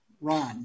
Ron